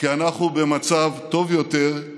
כי אנחנו במצב טוב יותר,